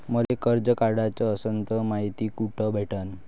मले कर्ज काढाच असनं तर मायती कुठ भेटनं?